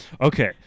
Okay